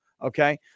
Okay